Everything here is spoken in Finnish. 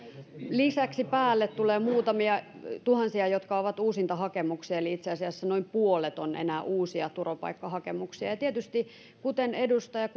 lisäksi tulee muutamia tuhansia jotka ovat uusintahakemuksia eli itse asiassa enää noin puolet on uusia turvapaikkahakemuksia ja tietysti kuten edustaja